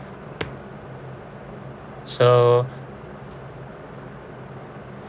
so